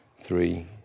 three